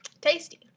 Tasty